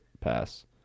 pass